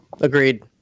Agreed